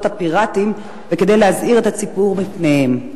הפיראטיים וכדי להזהיר את הציבור מפניהם?